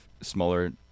smaller